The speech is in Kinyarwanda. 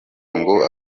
ngo